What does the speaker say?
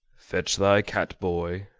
fetch thy cat, boy,